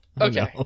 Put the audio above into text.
okay